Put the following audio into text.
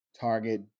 target